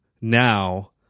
now